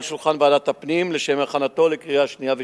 שולחן ועדת הפנים לשם הכנתו לקריאה שנייה ושלישית.